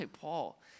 Paul